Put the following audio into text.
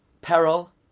peril